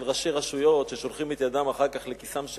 ראשי רשויות ששולחים את ידם אחר כך לכיסם,